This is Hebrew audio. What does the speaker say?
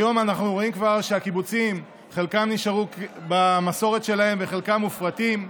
היום אנחנו רואים כבר שהקיבוצים חלקם נשארו במסורת שלהם וחלקם מופרטים,